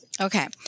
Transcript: Okay